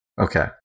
Okay